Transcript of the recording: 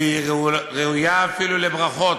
והיא ראויה אפילו לברכות,